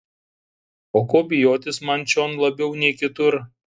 o ko bijotis man čion labiau nei kitur